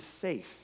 safe